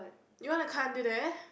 you want to cut until there